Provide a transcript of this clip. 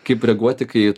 kaip reaguoti kai